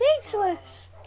speechless